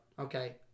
okay